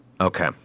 Okay